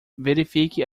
verifique